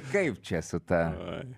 kaip čia su ta